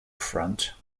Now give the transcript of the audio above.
front